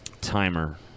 Timer